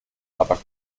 aber